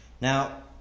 now